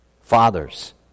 Fathers